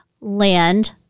land